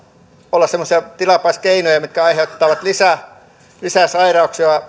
olla semmoisia tilapäiskeinoja mitkä aiheuttavat lisää lisää sairauksia